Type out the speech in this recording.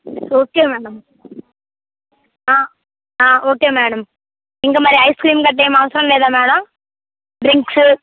okay madam ఆ okay madam ఇంకా మరీ ఐస్ క్రీమ్ గట్ర ఏం అవసరం లేదా మేడం డ్రింక్స్